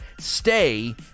stay